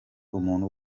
umuntu